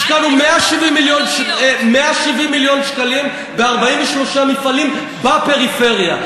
השקענו 170 מיליון שקלים ב-43 מפעלים בפריפריה.